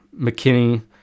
mckinney